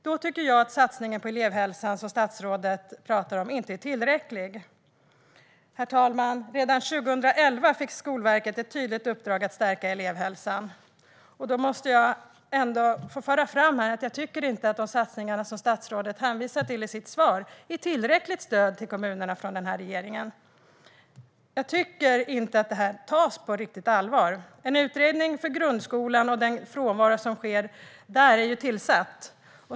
Då tycker jag att satsningen på elevhälsan som statsrådet pratar om inte är tillräcklig. Herr talman! Redan 2011 fick Skolverket ett tydligt uppdrag att stärka elevhälsan. Jag måste få föra fram att jag inte tycker att satsningarna från regeringen som statsrådet hänvisar till i sitt svar ger tillräckligt stöd till kommunerna. Jag tycker inte att problemen tas på riktigt allvar. En utredning om frånvaron i grundskolan har tillsatts.